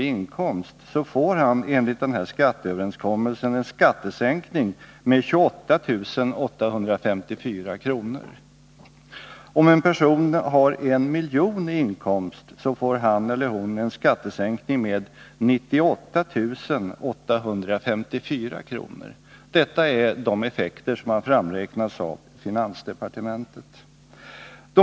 i inkomst får han eller hon, enligt den här skatteöverenskommelsen, en skattesänkning med 28 854 kr. Om en person har en miljon i inkomst får han eller hon en skattesänkning med 98 854 kr. Detta är de effekter som har framräknats av budgetdepartementet.